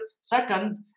second